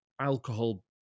alcohol